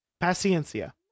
paciencia